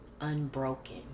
Unbroken